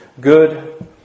good